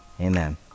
Amen